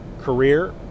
career